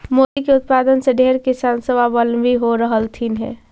मोती के उत्पादन से ढेर किसान स्वाबलंबी हो रहलथीन हे